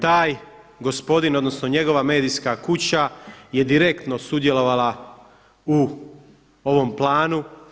Taj gospodin, odnosno njegova medijska kuća je direktno sudjelovala u ovom planu.